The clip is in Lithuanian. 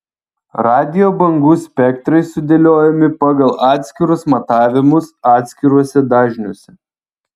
radijo bangų spektrai sudėliojami pagal atskirus matavimus atskiruose dažniuose